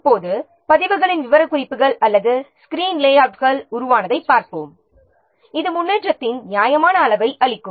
இப்போது பதிவுகள் விவரக்குறிப்புகள் அல்லது திரை தளவமைப்புகளின் எண்ணிக்கையை எண்ணுவதைப் பார்ப்போம் இது முன்னேற்றத்தின் நியாயமான அளவை அளிக்கும்